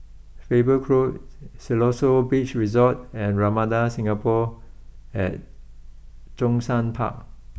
Faber Grove Siloso Beach Resort and Ramada Singapore at Zhongshan Park